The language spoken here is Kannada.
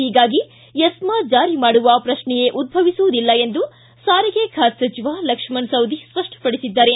ಹೀಗಾಗಿ ಎಸ್ಮಾ ಜಾರಿ ಮಾಡುವ ಪ್ರಶ್ನೆಯೇ ಉಧ್ಯವಿಸುವುದಿಲ್ಲ ಎಂದು ಸಾರಿಗೆ ಖಾತೆ ಸಚಿವ ಲಕ್ಷ್ಮಣ ಸವದಿ ಸ್ಪಷ್ಟಪಡಿಸಿದ್ದಾರೆ